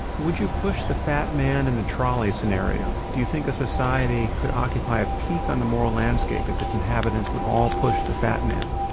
would you push the fat man in the trolley scenario. do you think a society could occupy a peak on the moral landscape if its inhabitants would all push the fat man?